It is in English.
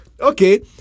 Okay